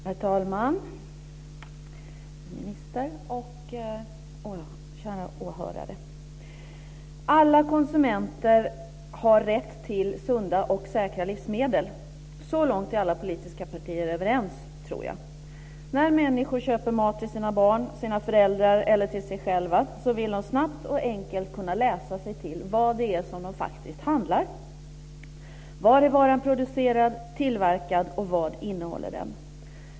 Herr talman, ministern och kära åhörare! Alla konsumenter har rätt till sunda och säkra livsmedel. Så långt tror jag att alla politiska partier är överens. När människor handlar mat till sina barn, till sina föräldrar eller till sig själva vill de snabbt och enkelt kunna läsa sig till vad de faktiskt köper - var varan är producerad eller tillverkad och vad den innehåller.